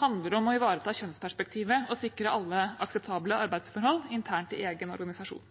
handler om å ivareta kjønnsperspektivet og å sikre alle akseptable arbeidsforhold internt i egen organisasjon.